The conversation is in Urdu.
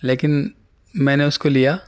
لیکن میں نے اس کو لیا